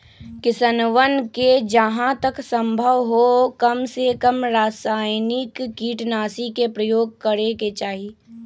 किसनवन के जहां तक संभव हो कमसेकम रसायनिक कीटनाशी के प्रयोग करे के चाहि